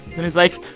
and he's like,